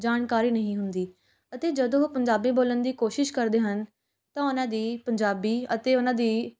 ਜਾਣਕਾਰੀ ਨਹੀਂ ਹੁੰਦੀ ਅਤੇ ਜਦੋਂ ਉਹ ਪੰਜਾਬੀ ਬੋਲਣ ਦੀ ਕੋਸ਼ਿਸ਼ ਕਰਦੇ ਹਨ ਤਾਂ ਓਹਨਾਂ ਦੀ ਪੰਜਾਬੀ ਅਤੇ ਓਹਨਾਂ ਦੀ